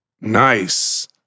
Nice